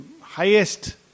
highest